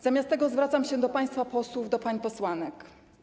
Zamiast tego zwracam się do państwa posłów, do pań posłanek.